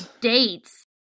dates